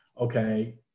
okay